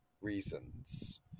reasons